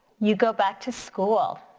you go back to school.